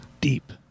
Deep